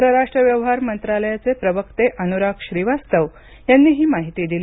परराष्ट्र व्यवहार मंत्रालयाचे प्रवक्ते अनुराग श्रीवास्तव यांनी ही माहिती दिली